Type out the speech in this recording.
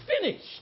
finished